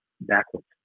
backwards